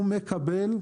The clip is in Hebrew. הוא מקבל פטור,